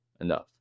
enough